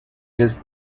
his